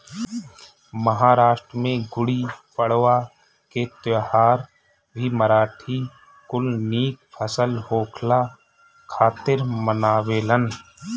महाराष्ट्र में गुड़ीपड़वा के त्यौहार भी मराठी कुल निक फसल होखला खातिर मनावेलन